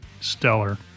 stellar